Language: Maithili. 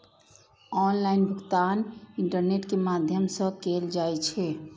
ऑनलाइन भुगतान इंटरनेट के माध्यम सं कैल जाइ छै